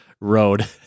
road